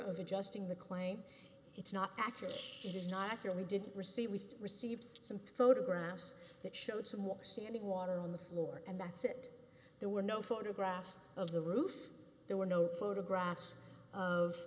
of adjusting the claim it's not accurate it is not accurate we did receive least received some photographs that showed some standing water on the floor and that's it there were no photographs of the roof there were no photographs of